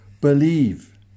believe